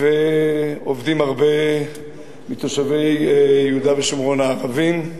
ועובדים הרבה מתושבי יהודה ושומרון הערבים,